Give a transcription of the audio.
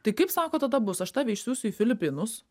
tai kaip sako tada bus aš tave išsiųsiu į filipinus